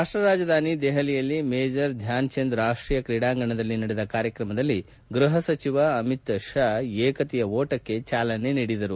ರಾಷ್ಟ್ದ ರಾಜಧಾನಿ ದೆಹಲಿಯಲ್ಲಿ ಮೇಜರ್ ಧ್ಯಾನ್ಚಂದ್ ರಾಷ್ಟ್ೀಯ ಕ್ರೀಡಾಂಗಣದಲ್ಲಿ ನಡೆದ ಕಾರ್ಯಕ್ರಮದಲ್ಲಿ ಗೃಹ ಸಚಿವ ಅಮಿತ್ ಶಾ ಏಕತೆಯ ಓಟಕ್ಕೆ ಚಾಲನೆ ನೀಡಿದರು